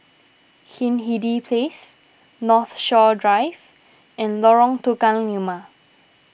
Hindhede Place Northshore Drive and Lorong Tukang Lima